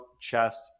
chest